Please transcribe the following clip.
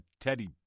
teddy